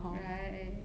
right